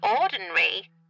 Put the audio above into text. ordinary